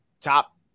top